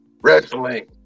Wrestling